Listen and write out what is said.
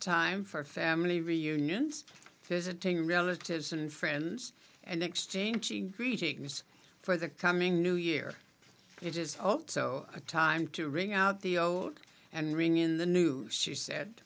time for family reunions visiting relatives and friends and exchanging greetings for the coming new year it is also a time to ring out the o and ring in the new she said